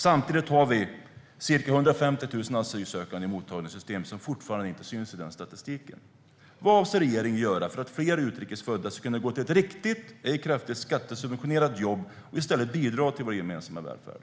Samtidigt har vi ca 150 000 asylsökande i mottagningssystemet. De syns fortfarande inte i den statistiken. Vad avser regeringen att göra för att fler utrikes födda ska kunna gå till ett riktigt, ej kraftigt skattesubventionerat, jobb och i stället bidra till vår gemensamma välfärd?